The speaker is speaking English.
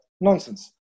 nonsense